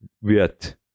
wird